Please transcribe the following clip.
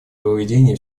проведении